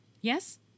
Yes